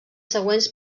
següents